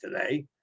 today